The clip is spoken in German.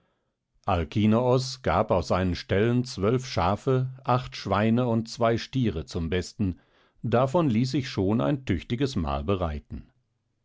alkinoos gab aus seinen ställen zwölf schafe acht schweine und zwei stiere zum besten davon ließ sich schon ein tüchtiges mahl bereiten